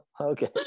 okay